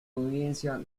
audiencia